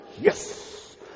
yes